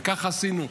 וכך עשינו.